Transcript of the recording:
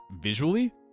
visually